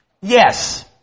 yes